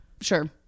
Sure